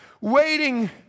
Waiting